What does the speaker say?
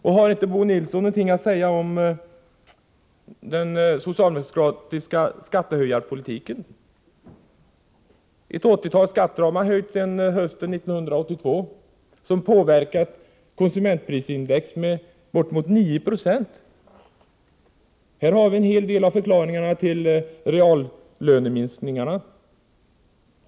Och har inte Bo Nilsson någonting att säga om den socialdemokratiska skattehöjarpolitiken? Ett åttiotal skatter har ni höjt sedan hösten 1982, som påverkat konsumentprisindex med bort emot 9 70. Här har vi en hel del av förklaringen till reallöneminskningarna.